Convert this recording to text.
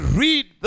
read